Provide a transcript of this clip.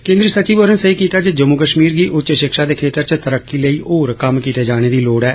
केन्द्री सचिव होरें सेई कीता जे जम्मू कश्मीर गी उच्च शिक्षा दे क्षेत्र च तरक्की लेई होर कम्म कीते जाने दी लोड़ ऐ